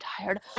tired